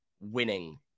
winning